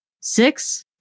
Six